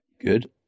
Good